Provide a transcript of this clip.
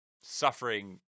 suffering